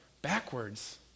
Backwards